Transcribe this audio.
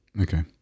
Okay